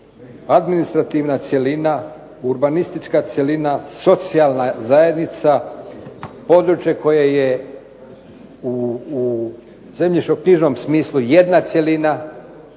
administrativna cjelina, urbanistička cjelina, socijalna zajednica, područje koje je u zemljišno-knjižnom smislu jedna cjelina,